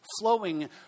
flowing